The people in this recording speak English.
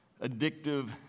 addictive